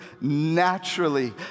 naturally